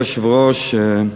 אדוני היושב-ראש,